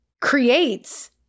creates